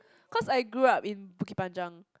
cause I grew up in Bukit-Panjang